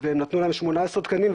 והם נתנו להם 18 תקנים,